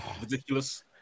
Ridiculous